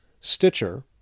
Stitcher